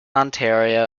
ontario